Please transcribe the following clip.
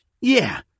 Yeah